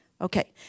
Okay